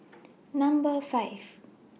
Number five